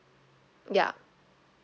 ya